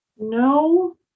No